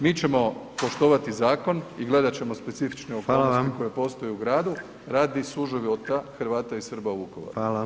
Mi ćemo poštovati zakon i gledat ćemo specifične okolnosti koje postoje u gradu radi suživota Hrvata i Srba u Vukovara.